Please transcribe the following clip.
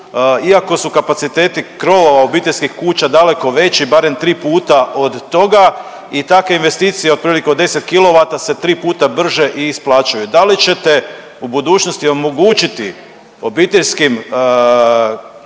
iako su kapaciteti krovova obiteljskih kuća daleko veći, barem 3 puta od toga i takve investicije otprilike od 10 kilovata se 3 puta brže i isplaćuje. Da li ćete u budućnosti omogućiti obiteljskim